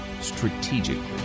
strategically